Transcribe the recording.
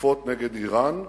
תקיפות נגד אירן,